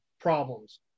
problems